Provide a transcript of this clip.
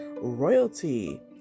Royalty